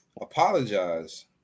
apologize